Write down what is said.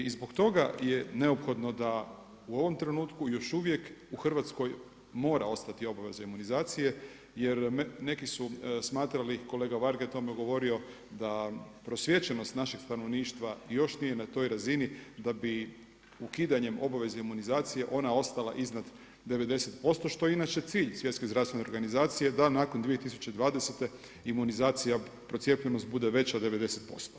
I zbog toga je neophodno da u ovom trenutku još uvijek u Hrvatskoj mora ostati obaveza imunizacije jer neki su smatrali i kolega Varga je o tome govorio da prosvjećenost našeg stanovništva još nije na toj razini da bi ukidanjem obaveze imunizacije ona ostala iznad 90% što je inače cilj Svjetske zdravstvene organizacije da nakon 2020. imunizacija procijepljenost bude veća od 90%